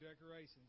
decorations